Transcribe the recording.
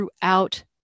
throughout